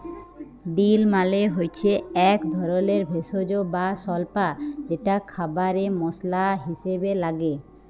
deal মালে হচ্যে এক ধরলের ভেষজ বা স্বল্পা যেটা খাবারে মসলা হিসেবে লাগে